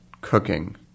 cooking